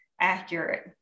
accurate